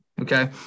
Okay